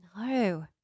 No